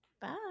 Bye